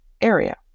area